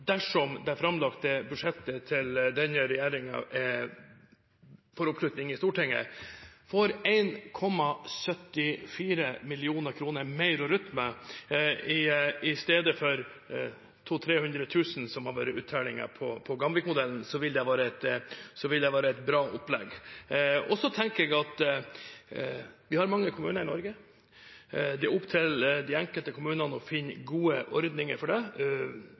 dersom det framlagte budsjettet til denne regjeringen får oppslutning i Stortinget, får 1,74 mill. kr mer å rutte med – i stedet for 200 000–300 000 kr, som har vært uttellingen på Gamvik-modellen – vil det være et bra opplegg. Vi har mange kommuner i Norge. Det er opp til de enkelte kommunene å finne gode ordninger for det.